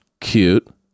cute